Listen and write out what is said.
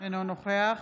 אינו נוכח